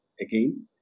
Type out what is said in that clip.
again